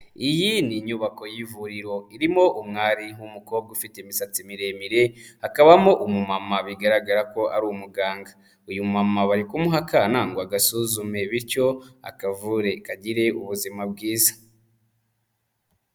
Iyi ni inyubako y'ivuriro, irimo umwari w'umukobwa ufite imisatsi miremire, hakabamo umumama bigaragara ko ari umuganga, uyu mumama bari kumuha akana ngo agasuzume, bityo akavure kagire ubuzima bwiza.